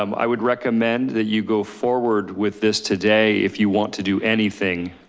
um i would recommend that you go forward with this today, if you want to do anything.